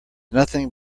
nothing